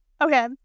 Okay